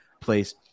place